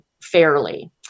fairly